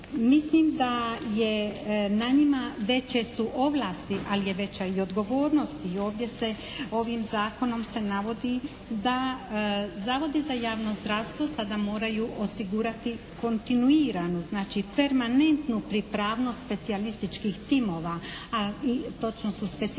Mislim da je na njima veće su ovlasti, ali je veća i odgovornost i ovdje se, ovim zakonom se navodi da Zavodi za javno zdravstvo sada moraju osigurati kontinuiranu, znači permanentnu pripravnost specijalističkih timova, a i točno su specificirali te